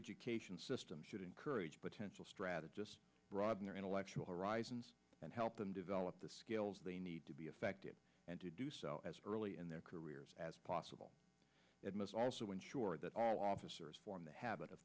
education system should encourage potential strategists broaden their intellectual arise and help them develop the skills they need to be effective and to do so as early in their careers as possible it must also ensure that all officers form the habit of